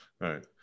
Right